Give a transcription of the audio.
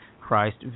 Christ